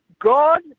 God